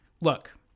look